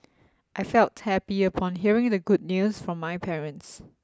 I felt happy upon hearing the good news from my parents